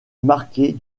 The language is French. marquée